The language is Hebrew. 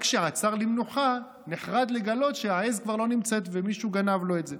רק כשעצר למנוחה נחרד לגלות שהעז כבר לא נמצאת ומישהו גנב לו אותה.